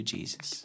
Jesus